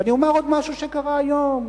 ואני אומר עוד משהו, שקרה היום,